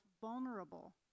vulnerable